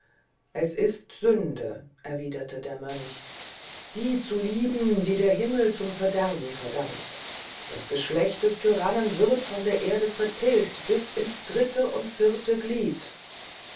es ist sünde erwiederte der mönch die zu lieben die der himmel zum verderben verdammt das geschlecht des tyrannen wird von der erde vertilgt bis ins dritte und vierte glied